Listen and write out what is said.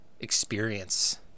experience